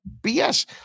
BS